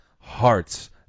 hearts